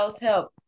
help